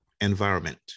environment